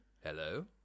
Hello